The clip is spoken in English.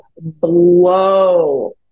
blow